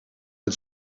het